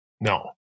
No